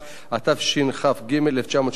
התשכ"ג 1963,